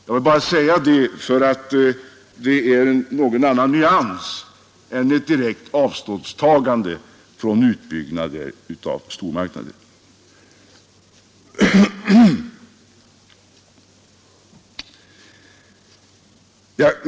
Jag vill bara säga det för att klargöra att det inte är ett direkt avståndstagande från utbyggnad av stormarknader.